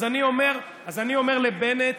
אז אני אומר לבנט,